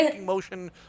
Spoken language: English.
motion